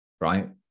right